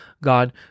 God